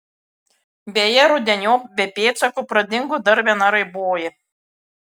beje rudeniop be pėdsakų pradingo dar viena raiboji